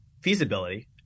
feasibility